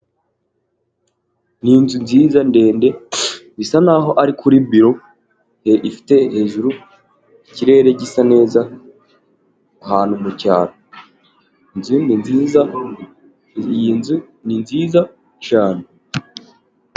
Ni inzu nziza ndende bisa naho ari kuri biro, ifite hejuru ikirere gisa neza ahantu mu cyaro. Inzu ni nziza, iyi nzu ni nziza cyane.